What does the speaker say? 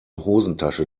hosentasche